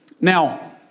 Now